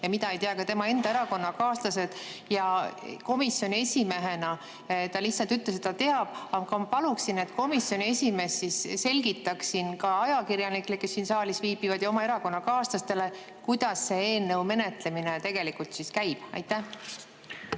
mida ei tea ka tema enda erakonnakaaslased. Komisjoni esimehena ta lihtsalt ütles, et ta teab. Aga paluksin, et komisjoni esimees selgitaks ka ajakirjanikele, kes siin saalis viibivad, ja oma erakonnakaaslastele, kuidas selle eelnõu menetlemine tegelikult käib. Aitäh!